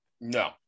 No